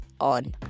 on